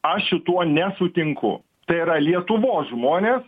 aš su tuo nesutinku tai yra lietuvos žmonės